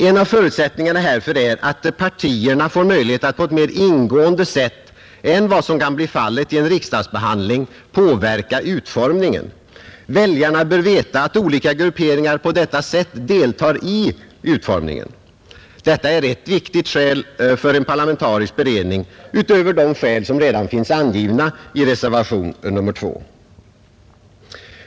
En av förutsättningarna härför är att partierna får möjlighet att på ett mera ingående sätt än vad som kan bli fallet i en riksdagsbehandling påverka utformningen. Väljarna bör veta att olika grupperingar på detta sätt deltar i utformningen. Detta är ett viktigt skäl för en parlamentarisk beredning utöver de skäl som redan finns angivna i reservationen 2.